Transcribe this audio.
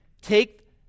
take